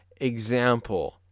example